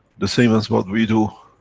the same as what we do,